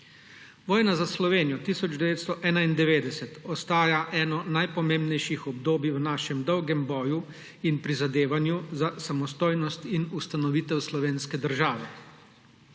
Vojna za Slovenijo 1991 ostaja eno najpomembnejših obdobij v našem dolgem boju in prizadevanju za samostojnost in ustanovitev slovenske države.